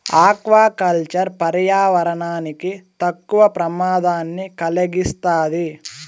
aqua culture పర్యావరణానికి తక్కువ ప్రమాదాన్ని కలిగిస్తాది